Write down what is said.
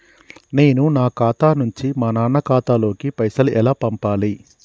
నేను నా ఖాతా నుంచి మా నాన్న ఖాతా లోకి పైసలు ఎలా పంపాలి?